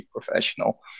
professional